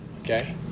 Okay